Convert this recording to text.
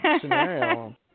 scenario